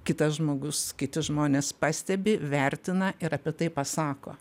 kitas žmogus kiti žmonės pastebi vertina ir apie tai pasako